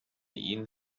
ihn